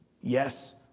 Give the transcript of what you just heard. Yes